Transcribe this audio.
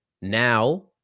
now